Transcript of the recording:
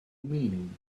meaning